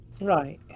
Right